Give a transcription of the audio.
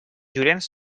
llorenç